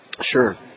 Sure